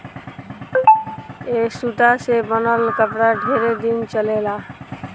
ए सूता से बनल कपड़ा ढेरे दिन चलेला